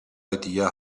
idea